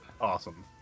awesome